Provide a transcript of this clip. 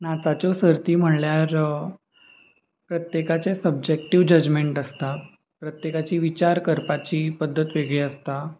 नाचाच्यो सर्ती म्हणल्यार प्रत्येकाचे सबजेक्टीव जजमेंट आसता प्रत्येकाची विचार करपाची पद्दत वेगळी आसता